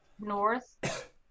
north